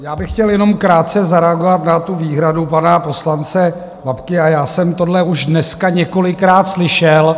Já bych chtěl jenom krátce zareagovat na tu výhradu pana poslance Babky já jsem tohle už dneska několikrát slyšel.